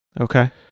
Okay